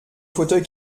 fauteuil